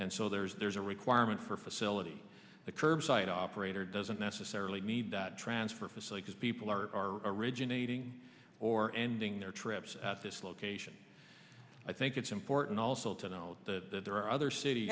and so there's there's a requirement for facility the curbside operator doesn't necessarily need to transfer facilities people are originating or ending their trips at this location i think it's important also to know that there are other cit